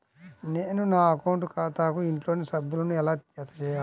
నేను నా అకౌంట్ ఖాతాకు ఇంట్లోని సభ్యులను ఎలా జతచేయాలి?